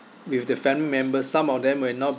with the family members some of them will not